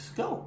go